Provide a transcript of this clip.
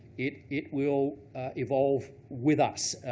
it it will evolve with us.